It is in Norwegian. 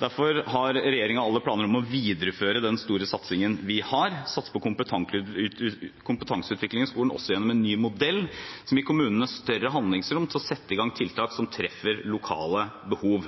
Derfor har regjeringen allerede planer om å videreføre den store satsingen vi har – satse på kompetanseutvikling i skolen også gjennom en ny modell, som vil gi kommunene større handlingsrom til å sette i gang tiltak som treffer lokale behov.